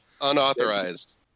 Unauthorized